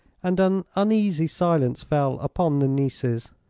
and an uneasy silence fell upon the nieces.